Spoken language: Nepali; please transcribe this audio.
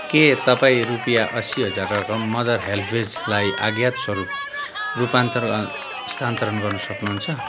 के तपाईँ रुपियाँ असी हजार रकम मदर हेल्पेजलाई अज्ञात स्वरूप रूपान्तरण स्थानान्तरण गर्न सक्नुहुन्छ